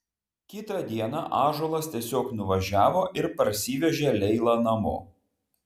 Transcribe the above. kitą dieną ąžuolas tiesiog nuvažiavo ir parsivežė leilą namo